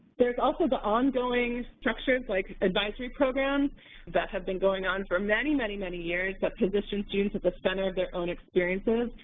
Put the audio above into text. there's also the ongoing structures like advisory programs that have been going on for many, many, many years that position students at the center of their own experiences.